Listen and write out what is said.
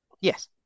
Yes